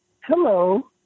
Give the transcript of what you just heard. hello